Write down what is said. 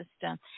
system